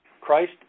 Christ